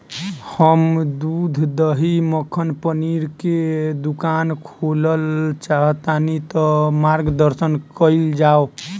हम दूध दही मक्खन पनीर के दुकान खोलल चाहतानी ता मार्गदर्शन कइल जाव?